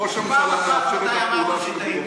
ראש הממשלה מאפשר את הפעולה,